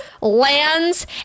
lands